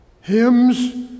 hymns